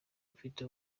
afite